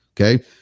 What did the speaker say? Okay